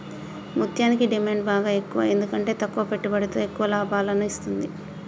ముత్యనికి డిమాండ్ బాగ ఎక్కువ ఎందుకంటే తక్కువ పెట్టుబడితో ఎక్కువ లాభాలను ఇత్తుంది